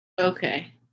Okay